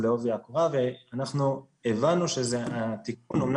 לעובי הקורה ואנחנו הבנו שהתיקון אמנם,